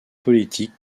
politique